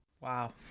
Wow